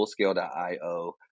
fullscale.io